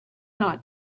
not